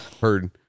Heard